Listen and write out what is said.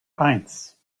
eins